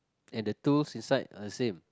and the tools inside are the same